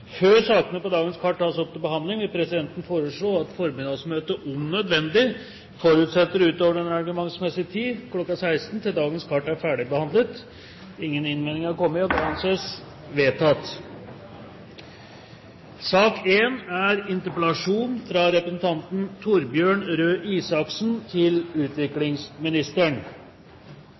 Før sakene på dagens kart tas opp til behandling, vil presidenten foreslå at formiddagsmøtet om nødvendig fortsetter utover den reglementsmessige tid, kl. 16, til dagens kart er ferdigbehandlet. – Ingen innvendinger er kommet mot presidentens forslag, og det anses vedtatt. Det er i Norge enighet om at vi skal ha en